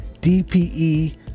dpe